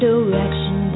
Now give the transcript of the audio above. direction